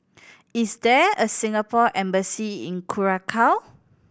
is there a Singapore Embassy in Curacao